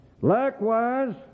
Likewise